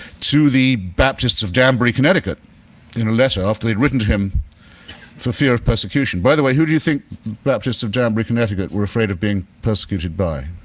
to the baptists of danbury, connecticut in a letter after they reasoned him for fear of persecution. by the way, who do you think baptists of danbury, connecticut were afraid of being persecuted by?